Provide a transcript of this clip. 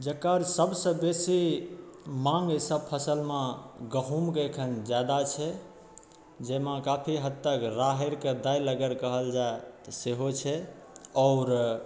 जकर सबसँ बेसी माङ्ग अइ सब फसलमे गहुँमके एखन जादा छै जाहिमे काफी हद तक राहड़िके दालि अगर कहल जाए तऽ सेहो छै आओर